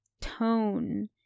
tone